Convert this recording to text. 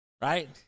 right